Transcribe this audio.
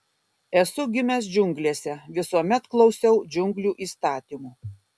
esu gimęs džiunglėse visuomet klausiau džiunglių įstatymų